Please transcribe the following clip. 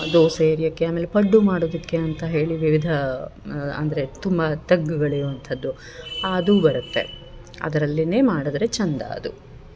ದೋಸೆ ಎರ್ಯಕ್ಕೆ ಆಮೇಲೆ ಪಡ್ಡು ಮಾಡೋದಕ್ಕೆ ಅಂತ ಹೇಳಿ ವಿವಿಧ ಅಂದರೆ ತುಂಬಾ ತಗ್ಗುಗಳು ಇರುವಂಥದ್ದು ಆದು ಬರತ್ತೆ ಅದರಲ್ಲಿನೇ ಮಾಡದರೆ ಚಂದ ಅದು